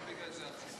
לא בגלל זה החסינות.